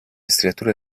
striature